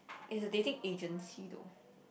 it's a dating agency though